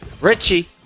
Richie